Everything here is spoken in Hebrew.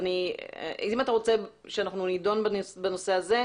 אם אתה רוצה שנדון בנושא הה,